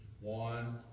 One